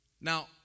Now